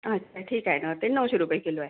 अच्छा ठीक आहे ना ते नऊशे रुपये किलो आहे